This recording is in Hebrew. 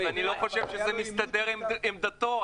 אז אני לא חושב שזה מסתדר עם עמדתו,